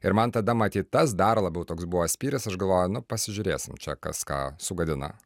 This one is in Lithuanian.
ir man tada matyt tas dar labiau toks buvo spyris aš galvoju nu pasižiūrėsim čia kas ką sugadina